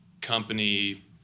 company